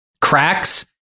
cracks